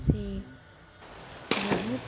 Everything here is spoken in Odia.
ସେ ବହୁତ